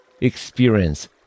Experience